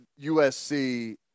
USC